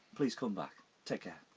please come back take care